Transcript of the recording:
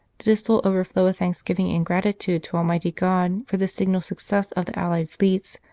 did his soul overflow with thanksgiving and gratitude to almighty god for this signal success of the allied fleets,